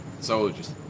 Soldiers